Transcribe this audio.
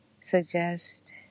suggest